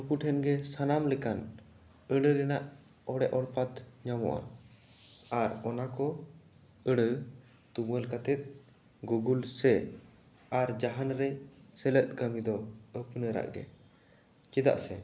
ᱩᱱᱠᱩ ᱴᱷᱮᱱ ᱜᱮ ᱥᱟᱱᱟᱢ ᱞᱮᱠᱟᱱ ᱟᱹᱲᱟ ᱨᱮᱱᱟᱜ ᱚᱲᱮ ᱚᱲᱯᱟᱛ ᱧᱟᱢᱚᱜᱼᱟ ᱟᱨ ᱚᱱᱟ ᱠᱚ ᱟᱹᱲᱟᱹ ᱛᱩᱢᱟᱹᱞ ᱠᱟᱛᱮ ᱜᱩᱜᱩᱞ ᱥᱮ ᱟᱨ ᱡᱟᱦᱟᱱ ᱨᱮ ᱥᱮᱞᱮᱫ ᱠᱟᱹᱢᱤ ᱫᱚ ᱟᱹᱯᱱᱟᱹᱨᱟᱜ ᱜᱮ ᱪᱮᱫᱟᱜ ᱥᱮ